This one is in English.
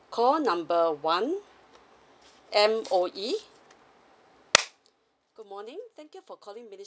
call number one M_O_E good morning thank you for calling minist~